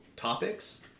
topics